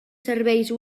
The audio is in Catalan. serveis